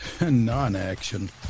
non-action